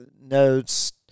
notes